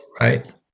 Right